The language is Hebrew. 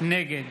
נגד